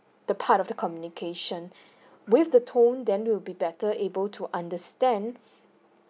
the part of the communication with the tone then it will be better able to understand